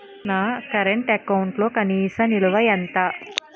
నా కరెంట్ అకౌంట్లో కనీస నిల్వ ఎంత?